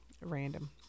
random